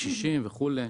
קשישים וכולי.